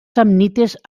samnites